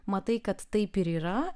matai kad taip ir yra